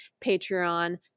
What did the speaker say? Patreon